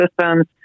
Systems